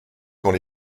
quand